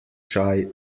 čaj